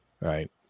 Right